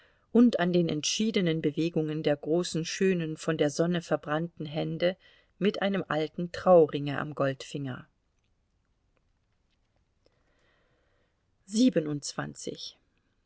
und an den entschiedenen bewegungen der großen schönen von der sonne verbrannten hände mit einem alten trauringe am goldfinger